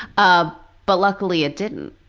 um but luckily it didn't,